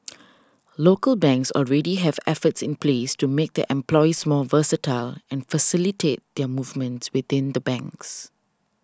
local banks already have efforts in place to make their employees more versatile and facilitate their movements within the banks